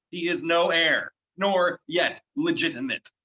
he is no heir, nor yet legitimate.